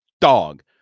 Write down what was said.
dog